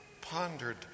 pondered